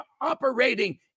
operating